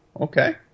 Okay